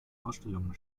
ausstellungen